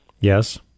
yes